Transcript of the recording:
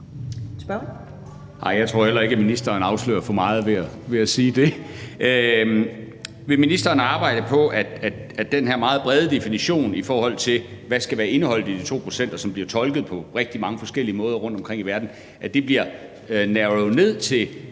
jeg tror heller ikke, at ministeren afslører for meget ved at sige det. Vil ministeren arbejde på, at den her meget brede definition, i forhold til hvad der skal være indeholdt i de 2 pct., som jo bliver tolket på rigtig mange forskellige måder rundtomkring i verden, bliver snævret ind til